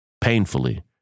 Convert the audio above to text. painfully